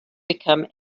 become